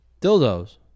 dildos